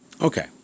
Okay